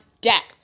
deck